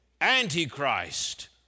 antichrist